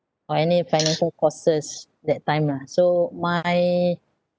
or any financial courses that time lah so my